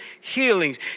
healings